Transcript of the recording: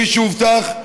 כפי שהובטח,